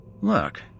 Look